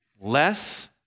less